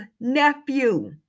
nephew